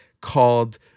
called